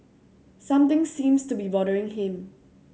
something seems to be bothering him